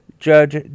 Judge